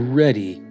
ready